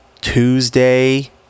Tuesday